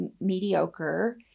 mediocre